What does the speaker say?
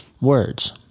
words